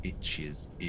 itches